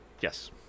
Yes